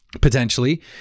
potentially